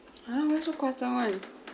!huh! why so 夸张